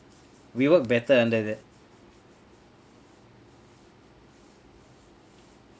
we work better under that